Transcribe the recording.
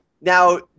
Now